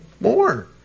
more